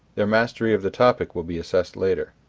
their mastery of the topic will be assessed later.